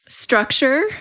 structure